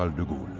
ah de gaulle